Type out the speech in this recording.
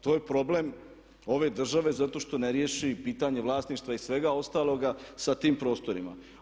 To je problem ove države zato što ne riješi pitanje vlasništva i svega ostaloga sa tim prostorima.